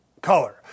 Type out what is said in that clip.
color